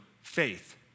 faith